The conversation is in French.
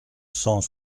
cent